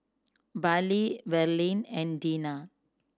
Perley Verlene and Dina